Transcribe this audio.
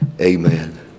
amen